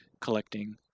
collecting